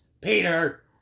Peter